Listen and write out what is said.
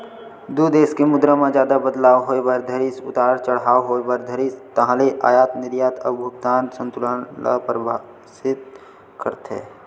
दू देस के मुद्रा म जादा बदलाव होय बर धरिस उतार चड़हाव होय बर धरिस ताहले अयात निरयात अउ भुगतान संतुलन ल परभाबित करथे